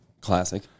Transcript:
Classic